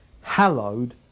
hallowed